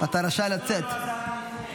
מי שיש לו רגישות לתומכי טרור,